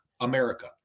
America